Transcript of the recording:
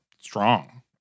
strong